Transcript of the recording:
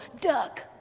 duck